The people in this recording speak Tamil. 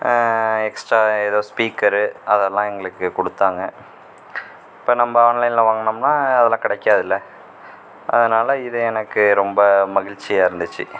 எக்ஸ்ட்ரா ஏதோ ஸ்பீக்கரு அதெல்லாம் எங்களுக்கு கொடுத்தாங்க இப்போ நம்ப ஆன்லைனில் வாங்குனம்ன்னா அதெல்லாம் கிடைக்காதுல அதனால் இது எனக்கு ரொம்ப மகிழ்ச்சியாக இருந்துச்சு